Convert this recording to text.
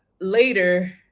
later